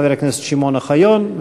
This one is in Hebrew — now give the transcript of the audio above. חבר הכנסת שמעון אוחיון,